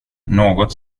något